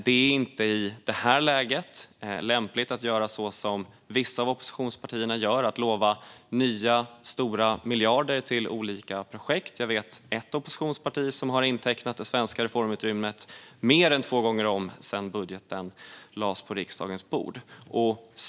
Det är inte i detta läge lämpligt att göra så som vissa av oppositionspartierna gör: lova nya miljarder till olika projekt. Jag vet ett oppositionsparti som har intecknat det svenska reformutrymmet mer än två gånger om sedan budgeten lades på riksdagens bord.